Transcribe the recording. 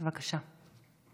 בבקשה.